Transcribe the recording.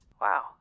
Wow